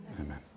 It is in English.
amen